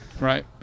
Right